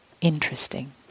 interesting